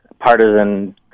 partisan